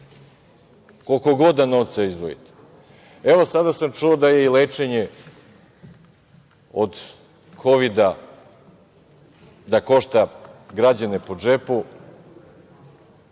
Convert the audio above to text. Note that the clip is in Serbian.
koliko god novca izdvojite. Sada sam čuo da je lečenje od Kovida, da košta građane po džepu,